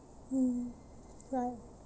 mm right